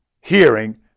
hearing